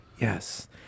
yes